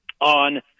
on –